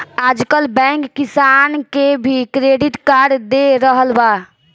आजकल बैंक किसान के भी क्रेडिट कार्ड दे रहल बा